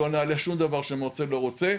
לא נעלה שום דבר שמרצה לא רוצה.